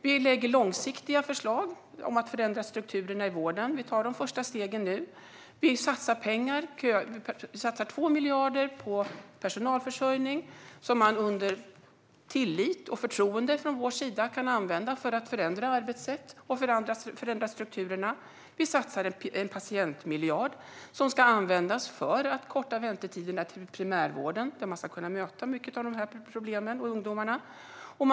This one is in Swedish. Vi lägger fram långsiktiga förslag om att förändra strukturerna i vården. Vi tar de första stegen nu. Vi satsar 2 miljarder på personalförsörjning, som man under tillit och förtroende från vår sida kan använda för att förändra arbetssätt och för att förändra strukturerna. Vi satsar en patientmiljard. Den ska användas för att korta väntetiderna till primärvården, där man ska kunna möta en stor del av dessa problem och många av dessa ungdomar.